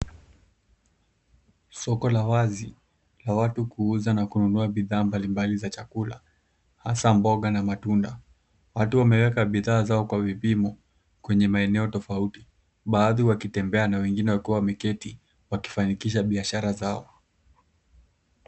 Soko la wazi la watu kuuza na kununua bidhaa mbalimbali za chakula hasa mboga na matunda. Watu wameweka bidhaa zao kwa vipimo kwenye maeneo tofauti baadhi wakitema na wengine wakiwa wameketi wakifanikisha biashara zao.